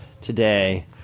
today